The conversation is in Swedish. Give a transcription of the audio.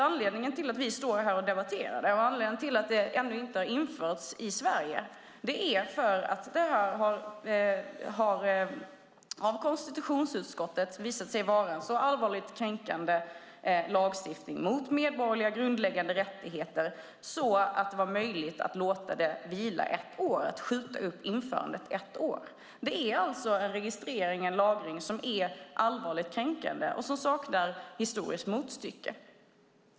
Anledningen till att vi står här och debatterar och anledningen till att direktivet ännu inte har införts i Sverige är att konstitutionsutskottet ansett det vara en sådan allvarligt kränkande lagstiftning mot medborgerliga grundläggande rättigheter att det var möjligt att låta det vila ett år och skjuta upp införandet. Det är en registrering, en lagring som är allvarligt kränkande och som saknar historiskt motstycke.